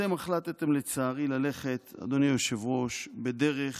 אתם החלטתם, לצערי, ללכת, אדוני היושב-ראש, בדרך